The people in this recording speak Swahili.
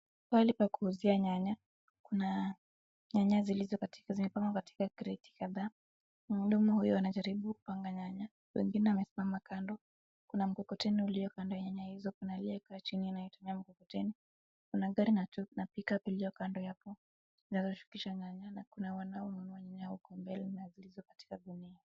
Pahali pa kuuzia nyanya, kuna nyanya zikiwa zimepangwa katika crate kadhaa, mhudumu huyu anajaribu kupanga nyanya, wengine wamesimama kando, kuna mkokoteni ulio kando ya nyanya hizo, kuna aliyekaa chini anayetumia mkokoteni, kuna gari la pick up iliyokando hapo inazishukisha nyanya, na kuna wanaume wamebeba nyanya huko mbele na nyanya zilizokatika ngunia.